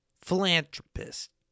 Philanthropist